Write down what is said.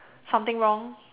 something wrong